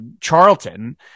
Charlton